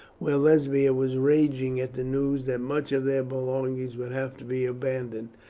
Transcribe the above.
where lesbia was raging at the news that much of their belongings would have to be abandoned.